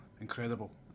incredible